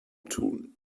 tun